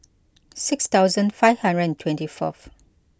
six thousand five hundred and twenty fourth